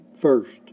first